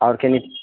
आओर कनि